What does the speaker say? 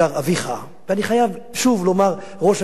ואני חייב שוב לומר: ראש הממשלה מנחם בגין,